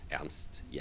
Ernst